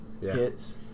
hits